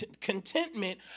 contentment